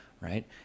right